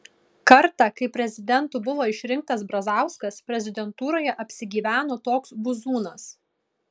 kartą kai prezidentu buvo išrinktas brazauskas prezidentūroje apsigyveno toks buzūnas